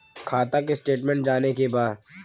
खाता के स्टेटमेंट जाने के बा?